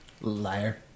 liar